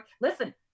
listen